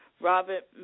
Robert